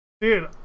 Dude